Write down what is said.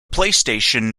playstation